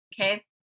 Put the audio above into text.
okay